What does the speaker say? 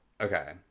Okay